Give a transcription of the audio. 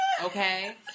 Okay